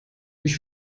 ich